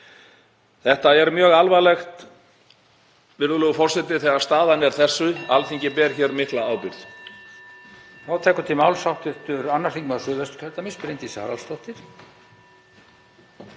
Það er mjög alvarlegt, virðulegur forseti, þegar staðan er þessi. Alþingi ber hér mikla ábyrgð.